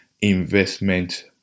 investment